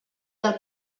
del